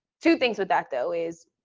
two things with that, though is,